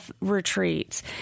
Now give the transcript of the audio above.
retreats